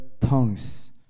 tongues